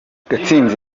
gatsinzi